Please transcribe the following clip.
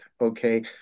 okay